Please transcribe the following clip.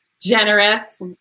generous